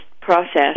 process